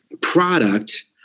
product